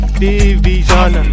division